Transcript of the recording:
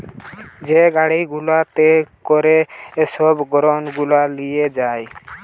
যে গাড়ি গুলাতে করে সব গ্রেন গুলা লিয়ে যায়